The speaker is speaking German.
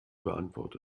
beantwortet